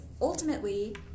ultimately